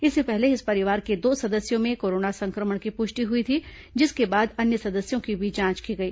इससे पहले इस परिवार के दो सदस्यों में कोरोना संक्रमण की पुष्टि हुई थी जिसके बाद अन्य सदस्यों की भी जांच की गई